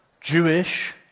Jewish